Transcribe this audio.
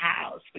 house